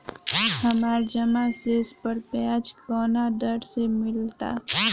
हमार जमा शेष पर ब्याज कवना दर से मिल ता?